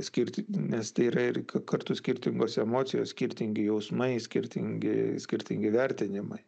skirti nes tai yra ir kartu skirtingos emocijos skirtingi jausmai skirtingi skirtingi vertinimai